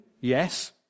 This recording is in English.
yes